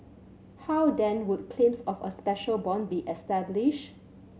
how then would claims of a special bond be established